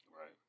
Right